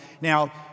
Now